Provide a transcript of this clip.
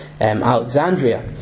Alexandria